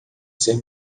ser